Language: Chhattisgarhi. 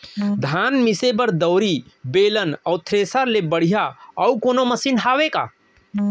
धान मिसे बर दउरी, बेलन अऊ थ्रेसर ले बढ़िया अऊ कोनो मशीन हावे का?